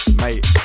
mate